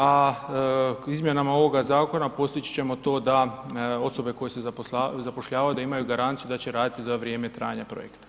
A izmjenama ovoga zakona postići ćemo to da osobe koje se zapošljavaju da imaju garanciju da će raditi za vrijeme trajanja projekta.